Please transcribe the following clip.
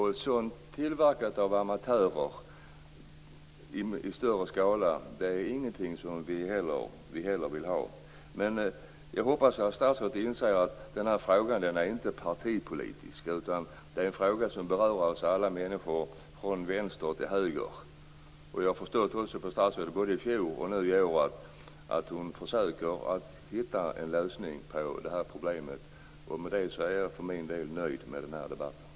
Sådant tillverkat av amatörer i större skala är ingenting som vi vill ha. Jag hoppas att statsrådet inser att frågan inte är partipolitisk. Det är en fråga som berör oss alla från vänster till höger. Jag har förstått att statsrådet har försökt att hitta en lösning på problemet. Med detta är jag nöjd med debatten.